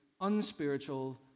unspiritual